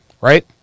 Right